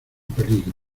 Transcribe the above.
peligro